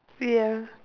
ya